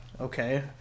okay